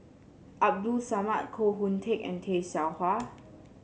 Abdul Samad Koh Hoon Teck and Tay Seow Huah